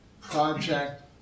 project